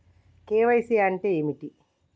KYC అంటే ఏమిటి?